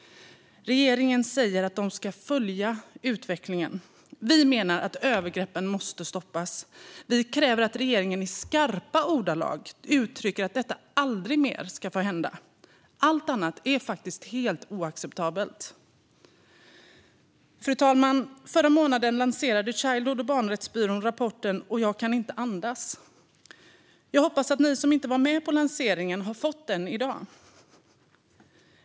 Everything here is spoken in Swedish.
Regeringen säger att man ska följa utvecklingen. Vi menar att övergreppen måste stoppas. Vi kräver att regeringen i skarpa ordalag uttrycker att detta aldrig mer ska få hända. Alla annat är faktiskt helt oacceptabelt. Fru talman! Förra månaden lanserade Childhood och Barnrättsbyrån rapporten .och jag kunde inte andas . Jag hoppas att ni som inte var med på lanseringen har fått den i dag.